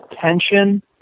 tension